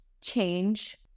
change